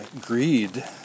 greed